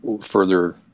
further